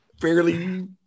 fairly